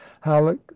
halleck